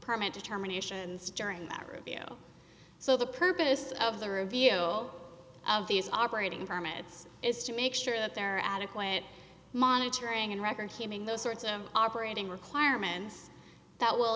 permit determinations during that rubio so the purpose of the review of these operating permits is to make sure that there are adequate monitoring and record keeping those sorts of operating requirements that will